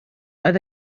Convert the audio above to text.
oedd